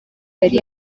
yari